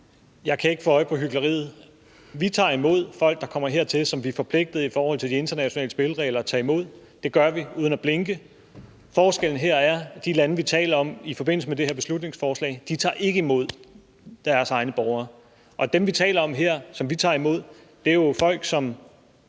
Jeg kan ikke få øje på hykleriet. Vi tager imod de folk, der kommer hertil, som vi er forpligtet til i forhold til de internationale spilleregler at tage imod. Det gør vi uden at blinke. Forskellen her er, at de lande, vi taler om i forbindelse med det her beslutningsforslag, ikke tager imod deres egne borgere. Og dem, vi taler om her, som vi tager imod, er folk, som